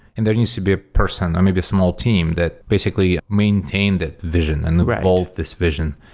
and there needs to be a person, or maybe a small team that basically maintain that vision and evolve this vision.